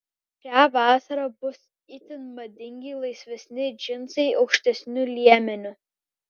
šią vasarą bus itin madingi laisvesni džinsai aukštesniu liemeniu